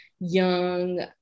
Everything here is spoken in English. young